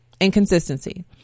inconsistency